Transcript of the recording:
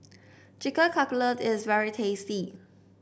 Chicken Cutlet is very tasty